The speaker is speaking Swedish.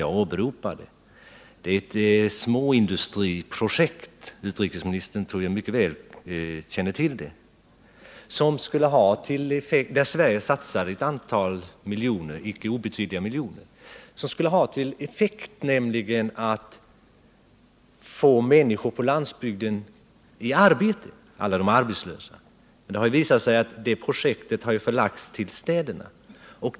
Det gäller ett småindustriprojekt —jag tror utrikesministern mycket väl känner till det — där Sverige satsar ett icke obetydligt antal miljoner, som skulle ha till effekt att få arbetslösa människor på landsbygden i arbete. Men det har visat sig att detta projekt har förlagts till städerna.